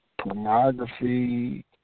pornography